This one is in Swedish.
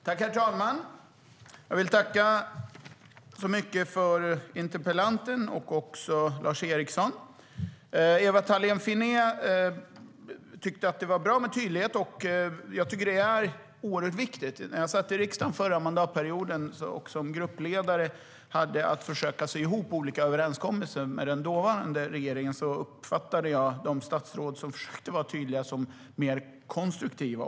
Herr talman! Jag vill tacka interpellanten och Lars Eriksson så mycket. Ewa Thalén Finné tycker att det är bra med tydlighet. Jag tycker att det är oerhört viktigt. När jag satt i riksdagen förra mandatperioden som gruppledare hade jag att försöka sy ihop olika överenskommelser med den dåvarande regeringen. Då uppfattade jag de statsråd som försökte vara tydliga som mer konstruktiva.